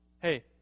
hey